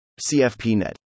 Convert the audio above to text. CFPNet